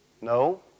No